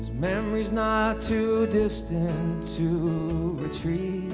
memories not too distant to retrieve